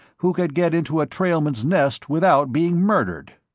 who could get into a trailman's nest without being murdered.